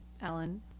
Ellen